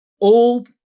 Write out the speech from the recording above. old